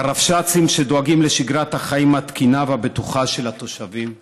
הרבש"צים שדואגים לשגרת החיים התקינה והבטוחה של התושבים,